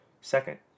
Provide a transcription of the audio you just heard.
Second